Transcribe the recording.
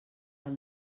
del